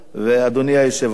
אדוני היושב-ראש,